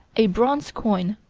a bronze coin,